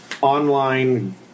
online